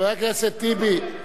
חבר הכנסת טיבי,